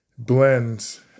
blends